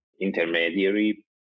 intermediary